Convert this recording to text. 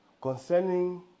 concerning